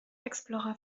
explorer